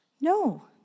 No